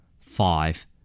Five